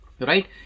right